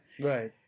Right